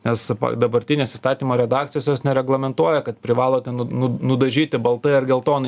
nes dabartinės įstatymo redakcijos jos nereglamentuoja kad privalote nu nu nudažyti baltai ar geltonai